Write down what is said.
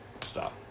Stop